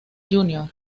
júnior